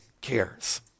cares